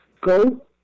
go